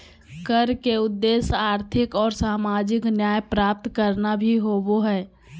कर के उद्देश्य आर्थिक और सामाजिक न्याय प्राप्त करना भी होबो हइ